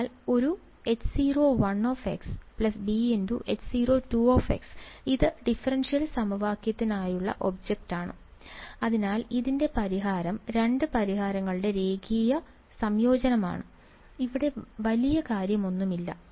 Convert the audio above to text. അതിനാൽ ഒരു H0bH0 ഇത് ഡിഫറൻഷ്യൽ സമവാക്യത്തിനുള്ളിലെ ഒബ്ജക്റ്റാണ് അതിനാൽ ഇതിന്റെ പരിഹാരം രണ്ട് പരിഹാരങ്ങളുടെ രേഖീയ സംയോജനമാണ് ഇവിടെ വലിയ കാര്യമൊന്നുമില്ല